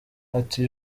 ati